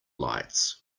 lights